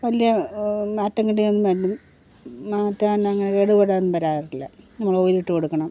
വലിയ മറ്റേണ്ടിയൊന്നും മാറ്റാൻ അങ്ങനെ കേടുപാടൊന്നും വരാറില്ല നമ്മള് ഓയിൽ ഇട്ടു കൊടുക്കണം